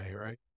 right